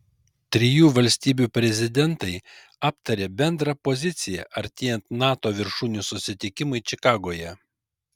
trijų valstybių prezidentai aptarė bendrą poziciją artėjant nato viršūnių susitikimui čikagoje